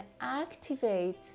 activate